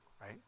right